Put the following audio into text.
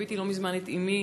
ליוויתי לא מזמן את אמי,